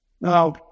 Now